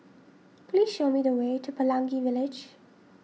please show me the way to Pelangi Village